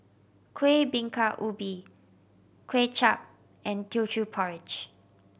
Kuih Bingka Ubi Kuay Chap and Teochew Porridge